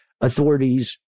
authorities